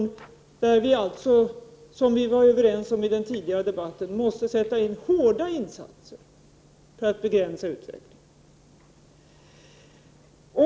Här måste vi alltså, som vi var överens om i den tidigare debatten i dag, göra stora insatser för att begränsa utvecklingen.